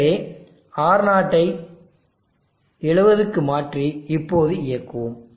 எனவே R0 ஐ 70 க்கு மாற்றி இப்போது இயங்குவோம்